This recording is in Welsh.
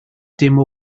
dim